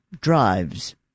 drives